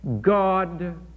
God